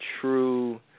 true